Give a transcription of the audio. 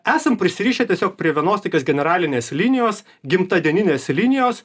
esam prisirišę tiesiog prie vienos tokios generalinės linijos gimtadieninės linijos